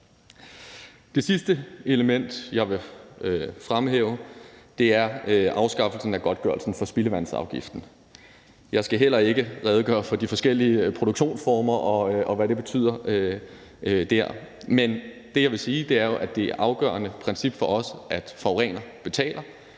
Det sidste element, jeg vil fremhæve, er afskaffelsen af godtgørelsen for spildevandsafgiften. Jeg skal heller ikke redegøre for de forskellige produktionsformer, og hvad det betyder der, men det, jeg vil sige, er, at det er et afgørende princip for os, at forurener betaler,